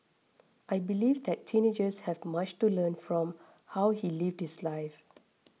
I believe that teenagers have much to learn from how he lived this life